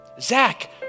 Zach